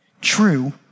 true